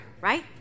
Right